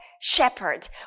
shepherd